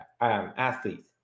athletes